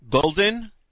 Golden